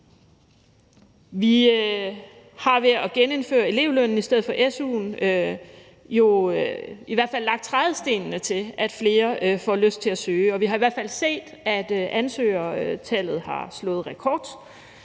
Vi har ved at genindføre elevlønnen frem for su'en jo i hvert fald lagt trædestenene til, at flere får lyst til at søge ind, og vi har i hvert fald set, at ansøgertallet har slået rekord.